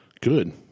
Good